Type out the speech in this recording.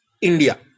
india